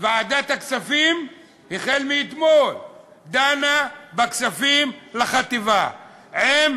ועדת הכספים החל מאתמול דנה בכספים לחטיבה עם